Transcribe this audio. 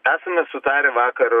esame sutarę vakar